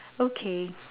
okay